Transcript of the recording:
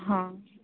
ହଁ